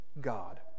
God